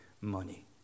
money